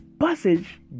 passage